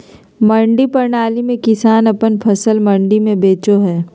मंडी प्रणाली में किसान अपन फसल मंडी में बेचो हय